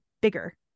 bigger